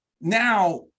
Now